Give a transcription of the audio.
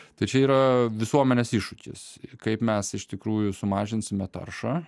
tai čia yra visuomenės iššūkis kaip mes iš tikrųjų sumažinsime taršą